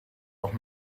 auch